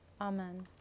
Amen